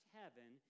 heaven